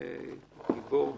כנראה גיבור,